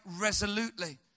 resolutely